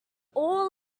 all